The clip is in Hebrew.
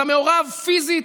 אתה מעורב פיזית,